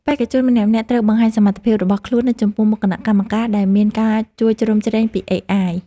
បេក្ខជនម្នាក់ៗត្រូវបង្ហាញសមត្ថភាពរបស់ខ្លួននៅចំពោះមុខគណៈកម្មការដែលមានការជួយជ្រោមជ្រែងពីអេអាយ។